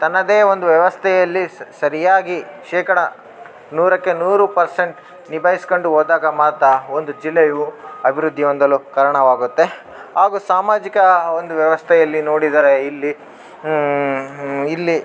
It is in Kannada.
ತನ್ನದೇ ಒಂದು ವ್ಯವಸ್ಥೆಯಲ್ಲಿ ಸರಿಯಾಗಿ ಶೇಕಡಾ ನೂರಕ್ಕೆ ನೂರು ಪರ್ಸೆಂಟ್ ನಿಭಾಯಿಸ್ಕೊಂಡು ಹೋದಾಗ ಮಾತ್ರ ಒಂದು ಜಿಲ್ಲೆಯು ಅಭಿವೃದ್ದಿ ಹೊಂದಲು ಕಾರಣವಾಗುತ್ತೆ ಹಾಗೂ ಸಾಮಾಜಿಕ ಒಂದು ವ್ಯವಸ್ಥೆಯಲ್ಲಿ ನೋಡಿದರೆ ಇಲ್ಲಿ ಇಲ್ಲಿ